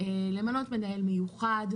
למנות מנהל מיוחד,